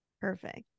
Perfect